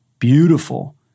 beautiful